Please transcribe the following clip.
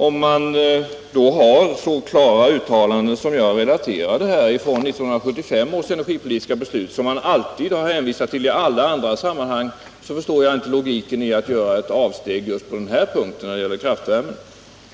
Om man då har så klara uttalanden som jag relaterade här från 1975 års energipolitiska beslut, som man har hänvisat till i alla andra sammanhang, förstår jag inte logiken i att göra ett avsteg just på den här punkten när det gäller kraftvärmen.